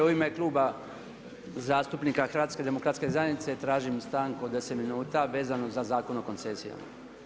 U ime Kluba zastupnika HDZ-a tražim stanku od 10 minuta vezano za Zakon o koncesijama.